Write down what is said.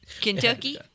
Kentucky